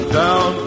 down